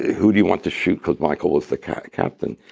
who do you want to shoot? because michael was the captain,